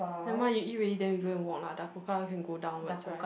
nevermind you eat already then we go and walk lah Dakota can go downwards right